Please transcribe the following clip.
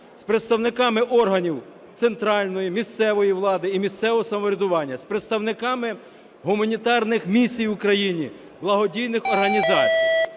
з представниками органів центральної, місцевої влади і місцевого самоврядування, з представниками гуманітарних місій в Україні, благодійних організацій.